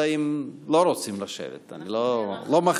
אלא אם כן לא רוצים לשבת, אני לא מכריח.